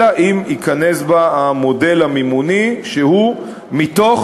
אלא אם ייכנס בה המודל המימוני שהוא מתוך